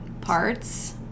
parts